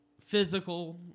physical